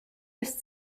ist